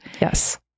Yes